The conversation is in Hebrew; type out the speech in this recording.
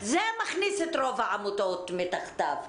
זה מכניס את רוב העמותות מתחתיו,